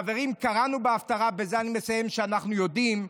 חברים, קראנו בהפטרה שאנחנו יודעים,